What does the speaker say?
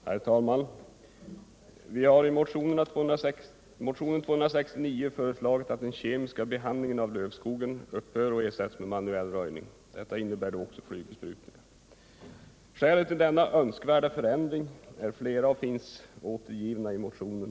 Herr talman! Vi har i motionen 269 föreslagit att den kemiska behandlingen av lövskogen skall upphöra och ersättas med manuell röjning. Detta innefattar också flygbesprutning. Skälen till denna önskvärda förändring är flera och finns återgivna i motionen.